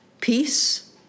peace